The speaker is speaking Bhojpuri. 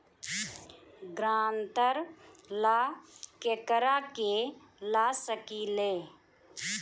ग्रांतर ला केकरा के ला सकी ले?